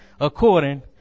according